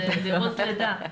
זירוז לידה.